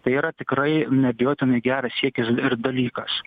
tai yra tikrai neabejotinai geras siekis ir dalykas